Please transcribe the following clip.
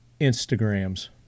Instagrams